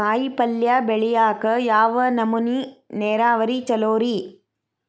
ಕಾಯಿಪಲ್ಯ ಬೆಳಿಯಾಕ ಯಾವ್ ನಮೂನಿ ನೇರಾವರಿ ಛಲೋ ರಿ?